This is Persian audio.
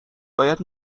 باید